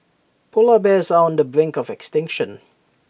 Polar Bears are on the brink of extinction